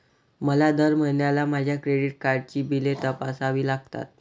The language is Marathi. मला दर महिन्याला माझ्या क्रेडिट कार्डची बिले तपासावी लागतात